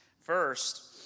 First